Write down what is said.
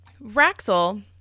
Raxel